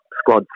squad